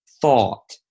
thought